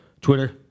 Twitter